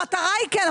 המטרה היא כן,